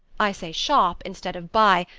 i say shop instead of buy,